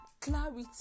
clarity